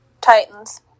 Titans